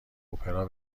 اپرا